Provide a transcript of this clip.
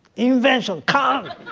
invention, come